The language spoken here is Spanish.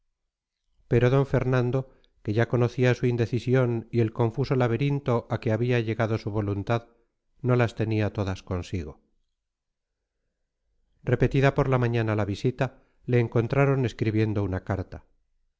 pero d fernando que ya conocía su indecisión y el confuso laberinto a que había llegado su voluntad no las tenía todas consigo repetida por la mañana la visita le encontraron escribiendo una carta